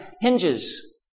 hinges